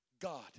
God